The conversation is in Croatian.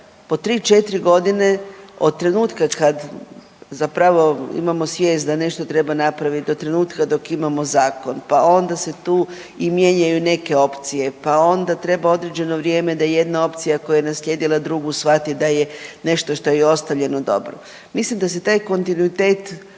da nama po 3-4.g. od trenutka kad zapravo imamo svijest da nešto treba napravit do trenutka dok imamo zakon, pa onda se tu i mijenjaju neke opcije, pa onda treba određeno vrijeme da jedna opcija koja je naslijedila drugu shvati da je nešto što je i ostavljeno dobro. Mislim da se taj kontinuitet